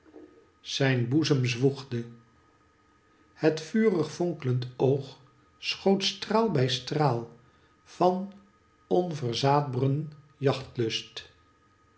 zijn boezem zwoegde het vurig fonklend oog schoot straal bij straal van onverzaadbren